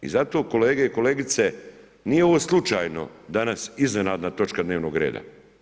I zato kolege i kolegice, nije ovo slučajno danas iznenadna točka dnevnog reda.